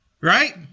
right